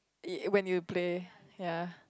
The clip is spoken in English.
e~ when you play ya